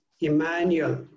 Emmanuel